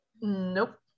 Nope